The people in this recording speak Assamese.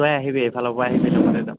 তই আহিবি এইফালৰপৰা আহিবি যাম